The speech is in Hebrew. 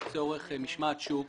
לצורך משמעת שוק,